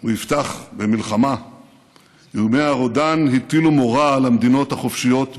הוא יפתח במלחמה הטילו מורא על המדינות החופשיות באירופה.